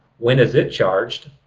when is it charged?